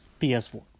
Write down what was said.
PS4